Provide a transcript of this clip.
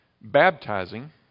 baptizing